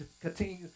continue